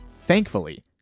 thankfully